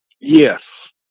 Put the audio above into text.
Yes